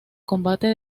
combate